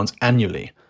annually